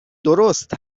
درست